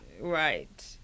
Right